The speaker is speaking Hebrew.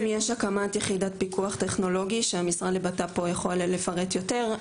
יש הקמת יחידת פיקוח טכנולוגי שהמשרד לביטחון הפנים יכול לפרט יותר.